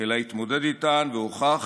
אלא התמודד איתן והוכח